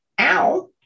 ow